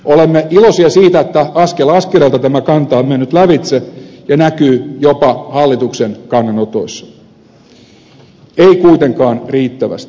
olemme iloisia siitä että askel askeleelta tämä kanta on mennyt lävitse ja näkyy jopa hallituksen kannanotoissa ei kuitenkaan riittävästi